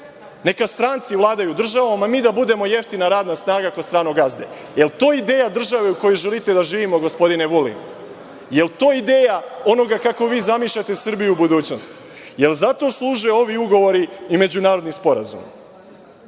Neka stranci vladaju državom, a mi da budemo jeftina radna snaga kod stranog gazde. Da li je to ideja države u kojoj želite da živimo, gospodine Vulin? Da li je to ideja onoga kako vi zamišljate Srbiju u budućnosti? Da li zato služe ovi ugovori i međunarodni sporazumi? Ili,